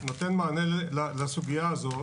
נותן מענה לסוגיה הזאת